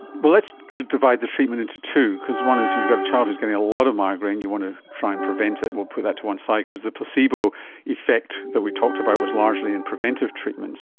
but let's divide the treatment into two, because one is you've got a child who's getting a lot of migraine, you want to try and prevent it, and we'll put that to one side because the placebo effect that we talked about was largely in preventive treatments.